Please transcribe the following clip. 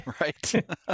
Right